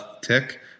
tick